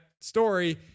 story